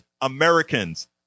Americans